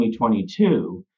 2022